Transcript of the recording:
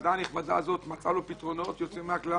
הוועדה הנכבדה הזאת מצאה לו פתרונות יוצאים מן הכלל.